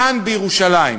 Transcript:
כאן בירושלים.